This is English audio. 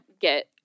get